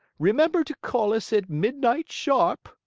remember to call us at midnight sharp,